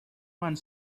one